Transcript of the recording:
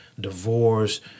divorce